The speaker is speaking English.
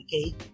okay